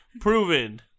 proven